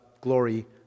glory